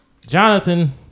Jonathan